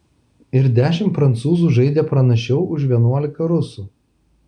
ir dešimt prancūzų žaidė pranašiau už vienuolika rusų